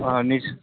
मानि